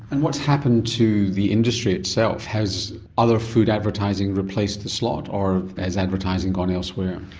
and what's happened to the industry itself, has other food advertising replaced the slot or has advertising gone elsewhere?